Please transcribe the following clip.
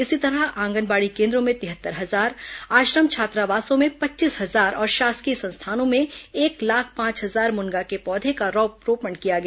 इसी तरह आंगनबाड़ी केन्द्रों में तिहत्तर हजार आश्रम छात्रावासों में पच्चीस हजार और शासकीय संस्थानों में एक लाख पांच हजार मुनगा के पौधे का रोपण किया गया